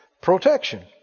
protection